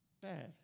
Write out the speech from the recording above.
bad